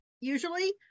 usually